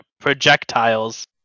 projectiles